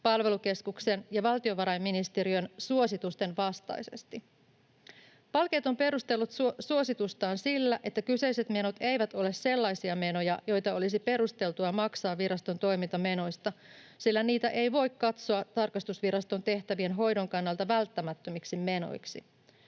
palvelukeskuksen ja valtiovarainministeriön suositusten vastaisesti. Palkeet on perustellut suositustaan sillä, että kyseiset menot eivät ole sellaisia menoja, joita olisi perusteltua maksaa viraston toimintamenoista, sillä niitä ei voi katsoa tarkastusviraston tehtävien hoidon kannalta välttämättömiksi menoiksi.